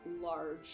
large